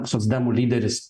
socdemų lyderis